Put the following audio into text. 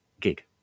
gig